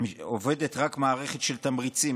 עובדת רק מערכת של תמריצים,